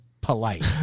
polite